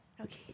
Okay